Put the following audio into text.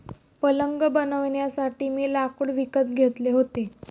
पलंग बनवण्यासाठी मी लाकूड विकत घेतले होते